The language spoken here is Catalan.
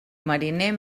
mariner